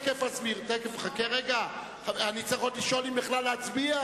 אני צריך עוד לשאול אם בכלל להצביע.